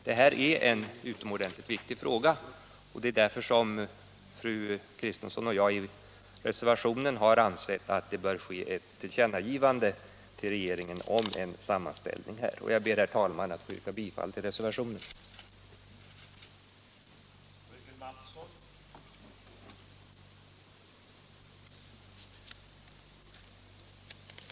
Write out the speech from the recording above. Det här är en utomordentligt viktig fråga, och därför har fru Kristensson och jag i reservationen framhållit att regeringen bör ges till känna att en sammanställning och redovisning är önskvärd. Jag ber mot denna bakgrund, herr talman, att få yrka bifall till re 75 servationen.